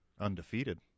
Undefeated